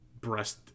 breast